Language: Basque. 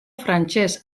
frantses